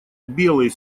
белый